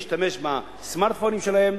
להשתמש ב"סמארטפונים" שלהם